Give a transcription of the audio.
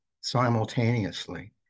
simultaneously